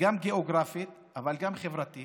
גם הגיאוגרפית אבל גם החברתית